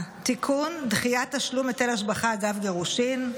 (תיקון, דחיית תשלום היטל השבחה אגב גירושין):